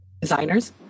designers